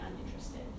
uninterested